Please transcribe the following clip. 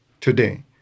today